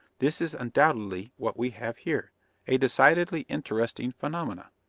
this is undoubtedly what we have here a decidedly interesting phenomena,